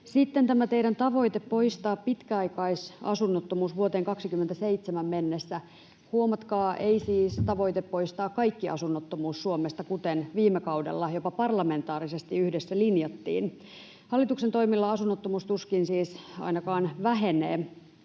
Sitten tämä teidän tavoite poistaa pitkäaikaisasunnottomuus vuoteen 27 mennessä — huomatkaa: ei siis tavoite poistaa kaikki asunnottomuus Suomesta, kuten viime kaudella jopa parlamentaarisesti yhdessä linjattiin. Hallituksen toimilla asunnottomuus tuskin siis ainakaan vähenee.